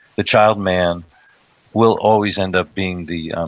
the child-man will always end up being the